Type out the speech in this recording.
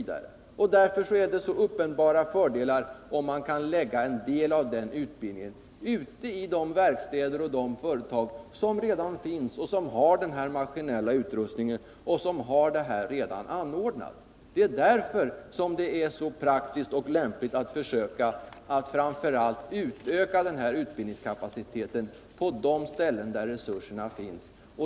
Därför är det uppenbara fördelar om man kan lägga en del av den utbildningen ute i de verkstäder och företag som redan finns och som redan har den maskinella utrustningen. Det är därför det är så praktiskt och lämpligt att försöka att framför allt utöka den här utbildningskapaciteten på de ställen där resurserna finns.